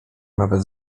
nawet